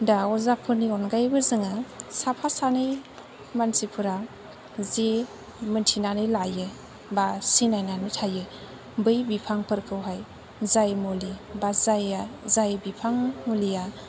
दा अजाफोरनि अनगायैबो जोङो साफा सानै मानसिफोरा जि मिन्थिनानै लायो बा सिनायनानै थायो बै बिफांफोरखौहाय जाय मुलि बा जाय बिफां मुलिया